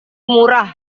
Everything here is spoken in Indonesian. murah